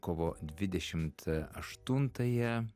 kovo dvidešimt aštuntąją